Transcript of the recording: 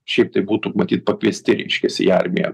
šiaip tai būtų matyt pakviesti reiškias į armiją